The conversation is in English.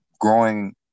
growing